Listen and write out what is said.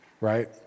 right